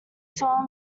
saw